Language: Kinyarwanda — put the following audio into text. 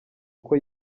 uko